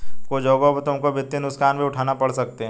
कुछ जगहों पर तुमको वित्तीय नुकसान भी उठाने पड़ सकते हैं